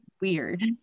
weird